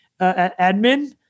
admin